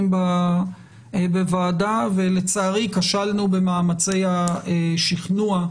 בוועדה ולצערי כשלנו במאמצי השכנוע,